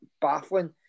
baffling